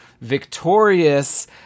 victorious